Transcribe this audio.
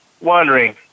wondering